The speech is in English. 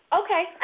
Okay